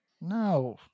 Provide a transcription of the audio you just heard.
no